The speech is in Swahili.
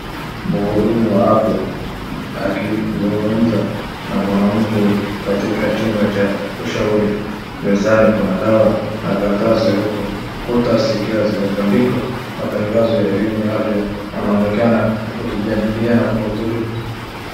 Mhudumu wa afya akizungumza na mwanamke katika chumba cha ushauri. Mezani kuna dawa na karatasi huku ukuta zikiwa zimebandikwa matangazo ya elimu ya afya. Wanaonekana wakijadiliana kwa utulivu.